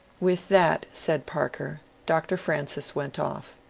with that, said parker, dr. francis went off.